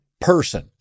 person